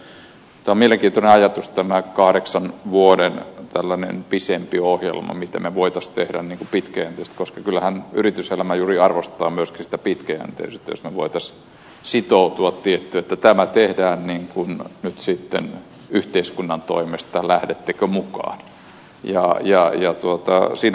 tämä on mielenkiintoinen ajatus tämä tällainen kahdeksan vuoden pidempi ohjelma mitä me voisimme tehdä pitkäjänteisesti koska kyllähän yrityselämä juuri arvostaa myöskin sitä pitkäjänteisyyttä jos me voisimme sitoutua että tämä tehdään nyt sitten yhteiskunnan toimesta lähdettekö mukaan